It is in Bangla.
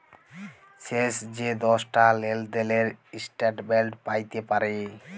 শেষ যে দশটা লেলদেলের ইস্ট্যাটমেল্ট প্যাইতে পারি